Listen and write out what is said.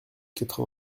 quatre